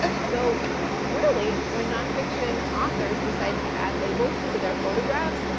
so really, when non-fiction authors, decide to add labels to their photographs,